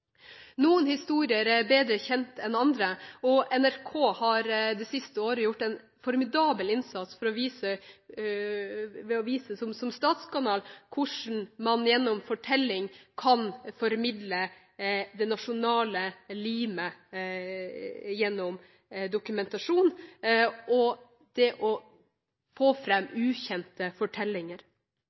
Noen historier er bedre kjent enn andre. NRK har det siste året gjort en formidabel innsats ved å vise, som statskanal, hvordan man gjennom en fortelling kan formidle det nasjonale limet gjennom dokumentasjon og det å få fram ukjente fortellinger.